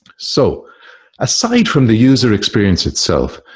so aside from the user experience itself,